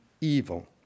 evil